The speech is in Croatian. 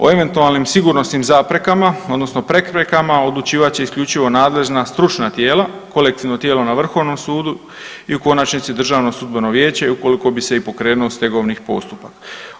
O eventualnim sigurnosnim zaprekama odnosno prekrojkama odlučivat će isključivo nadležna stručna tijela, kolektivno tijelo na Vrhovnom sudu i u konačnici Državno sudbeno vijeće i ukoliko bi se i pokrenuo stegovni postupak.